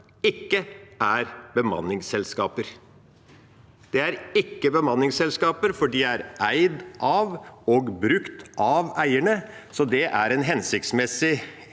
ikke er bemanningsselskaper. Det er ikke bemanningsselskaper fordi de er eid av og brukt av eierne – det er en hensiktsmessig